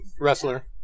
wrestler